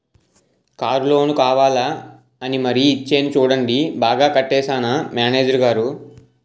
Car loan కావాలా అని మరీ ఇచ్చేరు చూడండి బాగా కట్టేశానా మేనేజరు గారూ?